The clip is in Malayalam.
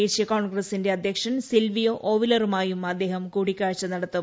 ദേശീയികോൺഗ്രസ്സിന്റെ അദ്ധ്യക്ഷൻ സിൽവിയോ ഒവിലറുമായും അദ്ദേഹം കൂടിക്കാഴ്ച നട്ടത്തും